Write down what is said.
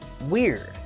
weird